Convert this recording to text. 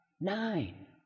Nine